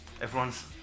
everyone's